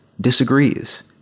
disagrees